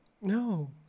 No